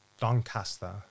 Doncaster